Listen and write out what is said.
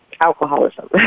alcoholism